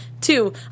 two